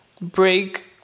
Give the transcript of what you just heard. break